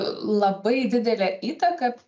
labai didelę įtaką